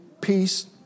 peace